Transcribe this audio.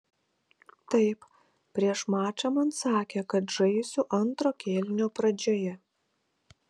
taip prieš mačą man sakė kad žaisiu antro kėlinio pradžioje